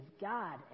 God